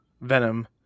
Venom